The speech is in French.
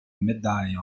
médaille